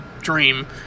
Dream